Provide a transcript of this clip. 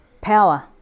power